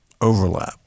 overlap